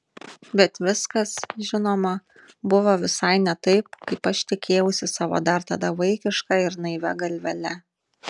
bet viskas žinoma buvo visai ne taip kaip aš tikėjausi savo dar tada vaikiška ir naivia galvele